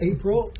April